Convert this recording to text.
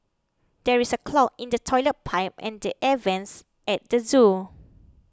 there is a clog in the Toilet Pipe and the Air Vents at the zoo